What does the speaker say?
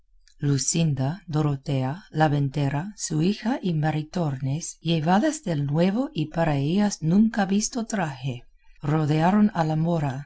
luscinda dorotea la ventera su hija y maritornes llevadas del nuevo y para ellas nunca visto traje rodearon a la mora